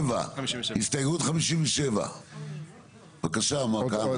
הסתייגות 57. בבקשה, מר כהנא.